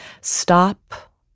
stop